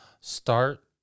start